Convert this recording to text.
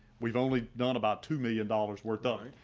we've only done about two million dollars worth done.